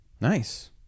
nice